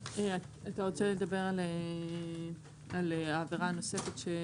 אתה רוצה לדבר על העבירה הנוספת?